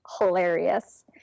hilarious